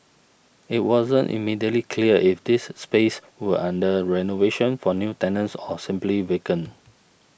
it wasn't immediately clear if these spaces were under renovation for new tenants or simply vacant